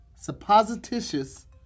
supposititious